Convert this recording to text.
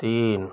तीन